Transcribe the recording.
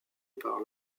par